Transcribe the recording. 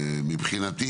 מבחינתי,